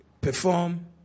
perform